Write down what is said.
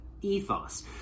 ethos